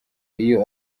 iyo